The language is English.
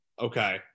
Okay